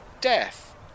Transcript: death